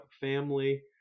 family